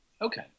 Okay